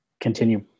continue